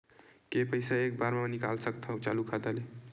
के पईसा एक बार मा मैं निकाल सकथव चालू खाता ले?